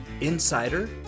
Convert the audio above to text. INSIDER